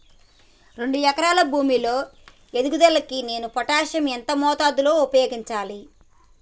రెండు ఎకరాల భూమి లో ఎదుగుదలకి నేను పొటాషియం ఎంత మోతాదు లో ఉపయోగించాలి?